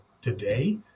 today